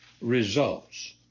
results